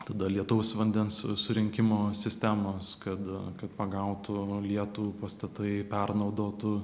tada lietaus vandens surinkimo sistemos kad kad pagautų lietų pastatai pernaudotų